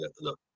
look